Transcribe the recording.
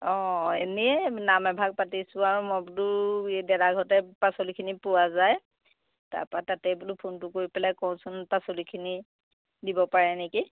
অঁ এনেই নাম এভাগ পাতিছোঁ আৰু মই বোলো এই দাদা ঘৰতে পাচলিখিনি পোৱা যায় তাৰপৰা তাতেই বোলো ফোনটো কৰি পেলাই কওচোন পাচলিখিনি দিব পাৰে নেকি